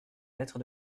lettre